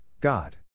God